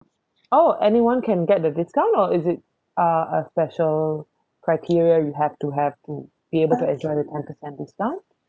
oh anyone can get the discount or is it uh a special criteria you have to have to be able to enjoy the ten percent discount